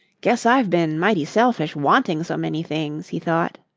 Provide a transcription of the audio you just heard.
guess i've been mighty selfish wanting so many things, he thought.